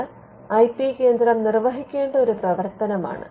ഇത് I P കേന്ദ്രം നിർവഹിക്കേണ്ട ഒരു പ്രവർത്തനമാണ്